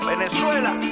Venezuela